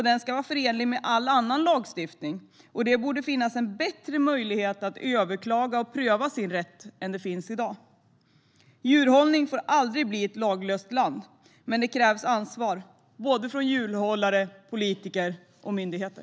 Den ska vara förenlig med all annan lagstiftning, och det borde finnas en bättre möjlighet att överklaga och pröva sin rätt än det finns i dag. Djurhållning får aldrig bli ett laglöst land, men det krävs ansvar från såväl djurhållare som politiker och myndigheter.